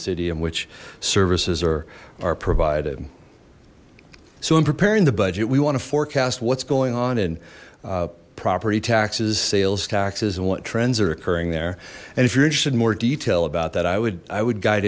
and which services are provided so in preparing the budget we want to forecast what's going on in property taxes sales taxes and what trends are occurring there and if you're interested in more detail about that i would i would guide